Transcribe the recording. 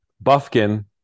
Buffkin